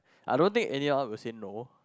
I don't think any else will say no